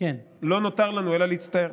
לא נותר לנו אלא להצטער.